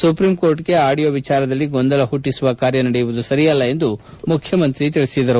supreme ಕೋರ್ಟ್ಗೆ ಅಡಿಯೋ ವಿಚಾರದಲ್ಲಿ ಗೊಂದಲ ಹುಟ್ಟಿಸುವ ಕಾರ್ಯ ನಡೆಸುವುದು ಸರಿಯಲ್ಲ ಎಂದು ಮುಖ್ಯಮಂತ್ರಿ ಹೇಳಿದರು